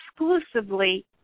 exclusively